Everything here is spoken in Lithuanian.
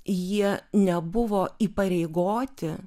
jie nebuvo įpareigoti